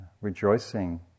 rejoicing